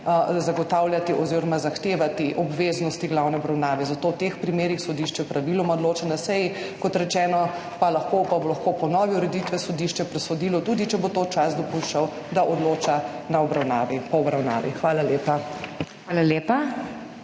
zagotavljati oziroma zahtevati obveznosti glavne obravnave. Zato v teh primerih sodišče praviloma odloča na seji. Kot rečeno pa bo lahko po novi ureditvi sodišče presodilo tudi, če bo to čas dopuščal, da odloča po obravnavi. Hvala lepa.